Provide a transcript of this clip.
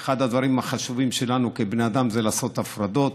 אחד הדברים החשובים שלנו כבני אדם זה לעשות הפרדות,